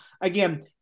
Again